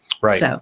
right